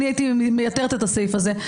לייתר את הסעיף הזה,